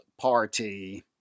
Party